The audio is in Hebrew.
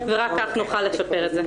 רק כך נוכל לשפר את זה.